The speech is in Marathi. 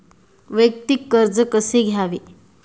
वैयक्तिक कर्ज कसे घ्यावे?